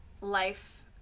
life